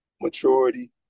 maturity